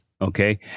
Okay